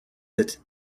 that